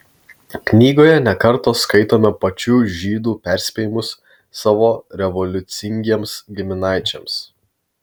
knygoje ne kartą skaitome pačių žydų perspėjimus savo revoliucingiems giminaičiams